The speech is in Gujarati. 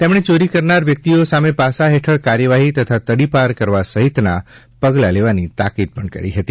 તેમણે ચોરી કરનાર વ્યક્તિઓ સામે પાસા હેઠળ કાર્યવાહી તથા તડીપાર કરવા સહિતનાં પગલાં લેવાની તાકીદ કરી હતી